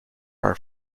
are